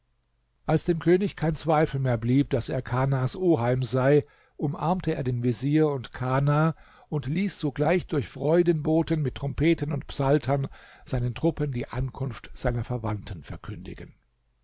als dem könig kein zweifel mehr blieb daß er kanas oheim sei umarmte er den vezier und kana und ließ sogleich durch freudenboten mit trompeten und psaltern seinen truppen die ankunft seiner verwandten verkündigen